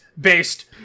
based